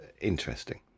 interesting